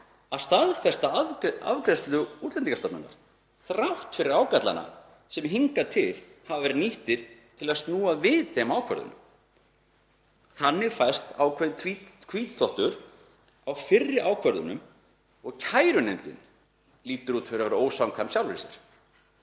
að staðfesta afgreiðslu Útlendingastofnunar þrátt fyrir ágallana sem hingað til hafa verið nýttir til að snúa við ákvörðunum. Þannig fæst ákveðinn hvítþvottur á fyrri ákvarðanir og kærunefndin lítur út fyrir að vera ósamkvæm sjálfri sér.